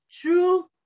True